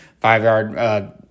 Five-yard